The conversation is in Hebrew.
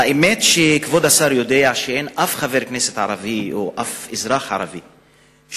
האמת היא שכבוד השר יודע שאין אף חבר כנסת ערבי או אף אזרח ערבי שמתנגד,